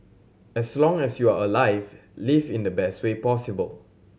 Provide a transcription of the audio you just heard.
as long as you are alive live in the best way possible